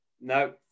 No